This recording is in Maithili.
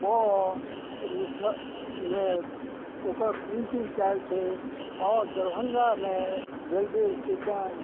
ब ओकर प्रिन्टिंग कयल छै आओर दरभंगामे रेलवे स्टेशन